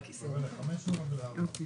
(הישיבה נפסקה בשעה 15:27 ונתחדשה בשעה 15:48.)